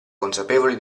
consapevoli